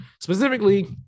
Specifically